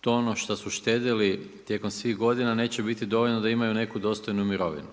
to ono što su štedjeli tijekom svih godina neće biti dovoljno da imaju neku dostojnu mirovinu.